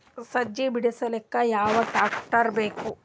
ಸಜ್ಜಿ ಬಿಡಿಸಿಲಕ ಯಾವ ಟ್ರಾಕ್ಟರ್ ಬೇಕ?